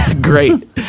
great